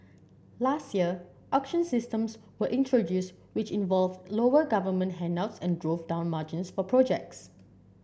last year auction systems were introduced which involved lower government handouts and drove down margins for projects